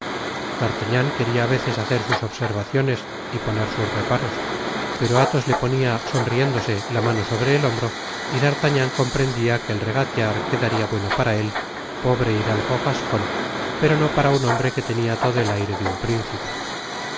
queria á veces hacer sus observaciones y poner sus reparos pero athos le ponia sonriéndose la mano sobre el hombro y d'artagnan comprendia que el regatear quedaba bueno para él pobre hidalgo gascon pero no para un hombre que tenia todo el aire de un principe